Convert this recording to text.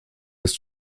ist